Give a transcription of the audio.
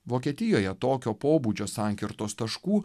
vokietijoje tokio pobūdžio sankirtos taškų